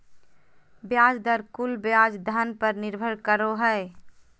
ब्याज दर कुल ब्याज धन पर निर्भर करो हइ